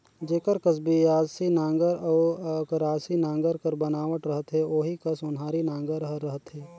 जेकर कस बियासी नांगर अउ अकरासी नागर कर बनावट रहथे ओही कस ओन्हारी नागर हर रहथे